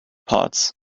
parts